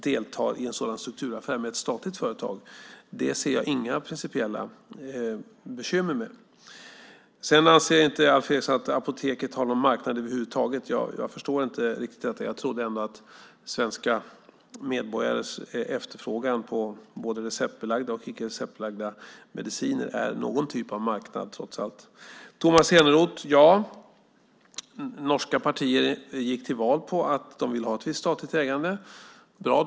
Det ser jag inga principiella bekymmer med. Alf Eriksson anser inte att Apoteket har någon marknad över huvud taget. Jag förstår inte riktigt detta. Jag trodde ändå att svenska medborgares efterfrågan på både receptbelagda och icke receptbelagda mediciner är någon typ av marknad trots allt. Ja, Tomas Eneroth, norska partier gick till val på att de ville ha ett visst statligt ägande.